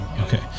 Okay